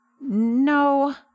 No